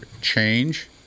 change